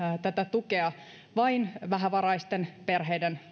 tätä tukea vain vähävaraisten perheiden